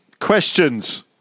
Questions